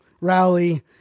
rally